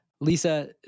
Lisa